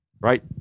Right